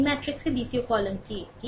এই ম্যাট্রিক্সের দ্বিতীয় কলামটি এটি